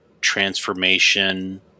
transformation